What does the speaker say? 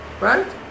right